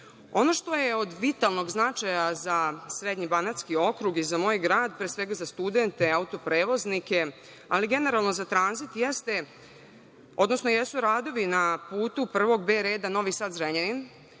što je od vitalnog značaja za Srednjebanatski okrug i za moj grad, pre svega za studente, auto prevoznike, ali generalno za tranzit jeste, odnosno jesu radili na putu prvog B reda Novi Sad-Zrenjanin,